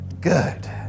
good